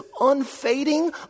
unfading